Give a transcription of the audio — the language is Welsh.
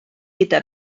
gyda